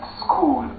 school